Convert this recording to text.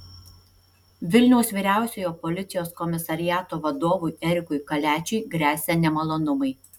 vilniaus vyriausiojo policijos komisariato vadovui erikui kaliačiui gresia nemalonumai